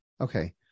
Okay